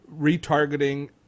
retargeting